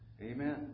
Amen